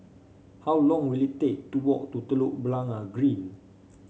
how long will it take to walk to Telok Blangah Green